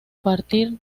partir